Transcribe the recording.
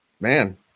Man